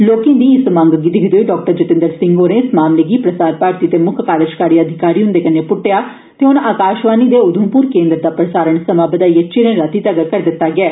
लोकें दी इस मंग गी दिक्खदे होई डाक्टर जतिंदर सिंह होरें इस मामले गी प्रसार भारती दे म्क्ख कार्यकारी अधिकारी हंदे'नै प्ट्टेआ ते हन आकाशवाणी दे उधमप्र केन्द्र दा प्रसारण समां बधाइयै चिरें रातीं तगर करी दिता गेआ ऐ